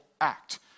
act